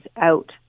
out